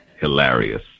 hilarious